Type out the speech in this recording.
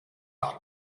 dot